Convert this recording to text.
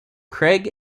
craig